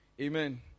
Amen